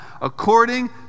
According